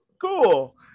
Cool